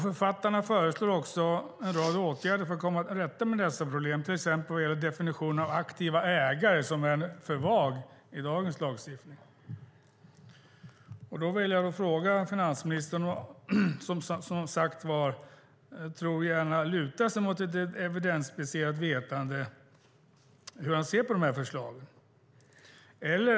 Författarna föreslår en rad åtgärder för att komma till rätta med dessa problem, till exempel vad gäller definitionen av aktiva ägare, som är för vag i dagens lagstiftning. Då vill jag fråga finansministern som, tror jag, gärna lutar sig mot evidensbaserat vetande hur han ser på de här förslagen.